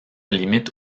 limite